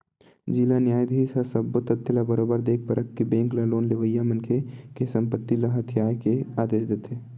जिला न्यायधीस ह सब्बो तथ्य ल बरोबर देख परख के बेंक ल लोन लेवइया मनखे के संपत्ति ल हथितेये के आदेश देथे